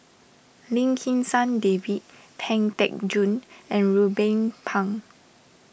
Lim Kim San David Pang Teck Joon and Ruben Pang